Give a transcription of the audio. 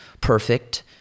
perfect